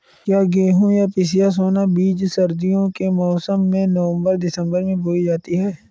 क्या गेहूँ या पिसिया सोना बीज सर्दियों के मौसम में नवम्बर दिसम्बर में बोई जाती है?